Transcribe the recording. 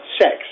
sex